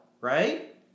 right